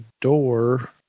door